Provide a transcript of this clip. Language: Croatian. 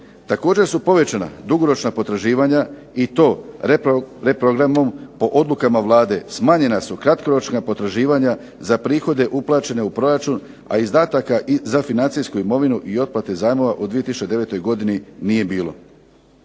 Također su povećana dugoročna potraživanja i to reprogramom po odlukama Vlade smanjena su kratkoročna potraživanja za prihode uplaćene u proračun, a izdataka za financijsku imovinu i otplate zajmova u 2009. godini nije bilo.